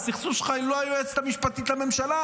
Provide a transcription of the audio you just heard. הסכסוך שלך הוא לא עם היועצת המשפטית לממשלה,